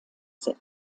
sind